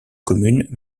communes